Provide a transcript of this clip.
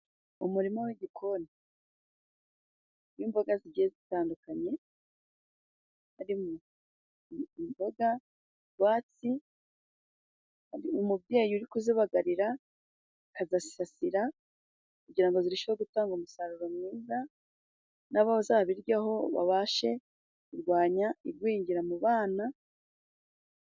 Umurima w'igikoni n'imboga zigiye zitandukanye harimo imboga rwatsi, umubyeyi uri kuzibagarira, agasasira, kugira ngo zirusheho gutanga umusaruro mwiza, n'abazabiryaho babashe kurwanya igwingira mu bana.